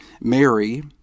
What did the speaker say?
Mary